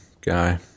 guy